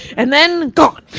and then, gone!